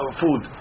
food